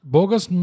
Bogus